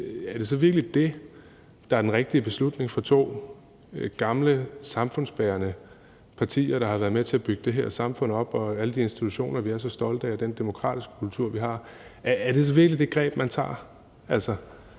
er det så virkelig det, der er den rigtige beslutning for to gamle samfundsbærende partier, der har været med til at bygge det her samfund op og alle de institutioner, som vi er så stolte af, og den demokratiske kultur, vi har? Er det så virkelig det greb, man tager?